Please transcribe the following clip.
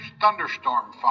thunderstorm